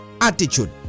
attitude